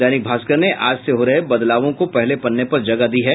दैनिक भास्कर ने आज से हो रहे बदलावों को पहले पन्ने पर जगह दी है